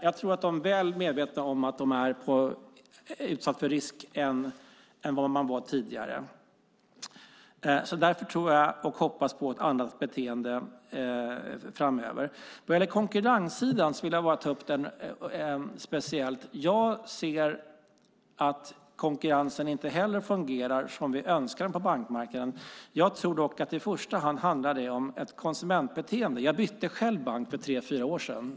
Jag tror att de är väl medvetna om att de är mer utsatta för risk än vad de var tidigare. Därför tror jag och hoppas på ett annat beteende framöver. Jag vill ta upp frågan om konkurrensen speciellt. Jag ser också att konkurrensen på bankmarknaden inte fungerar som vi önskar. Jag tror dock att det i första hand handlar om ett konsumentbeteende. Jag bytte själv bank för tre fyra år sedan.